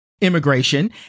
immigration